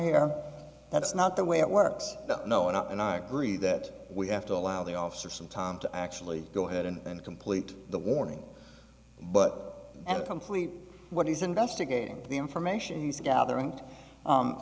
here that's not the way it works that no one up and i agree that we have to allow the officer some time to actually go ahead and complete the warning but at complete what he's investigating the information he's gathering